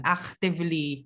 actively